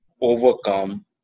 overcome